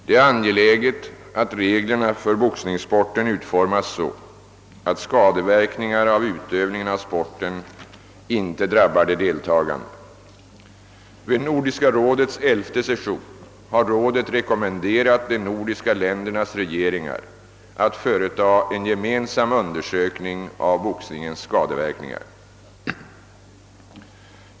Det är angeläget att reglerna för boxningssporten utformas så, att skadeverkningar av utövningen av sporten inte drabbar de deltagande. Vid Nordiska rådets elfte session har rådet rekommenderat de nordiska ländernas regeringar att företa en gemensam undersökning av boxningens skadeverkningar.